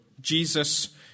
Jesus